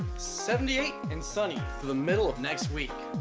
seventy eight and sunny through the middle of next week.